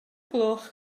gloch